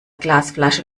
glasflasche